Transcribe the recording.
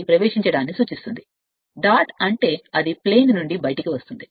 మరియు డాట్ అంటే అది సమతలం నుండి బయలుదేరుతుంది అంటే అది డాట్ అయితే కరెంట్ బయటకు రావడం